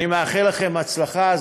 אני מאחל לכם הצלחה.